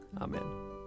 Amen